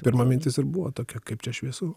pirma mintis ir buvo tokia kaip čia šviesu